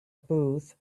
booth